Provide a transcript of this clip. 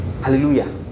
hallelujah